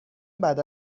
بعد